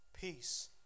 peace